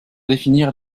définir